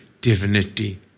divinity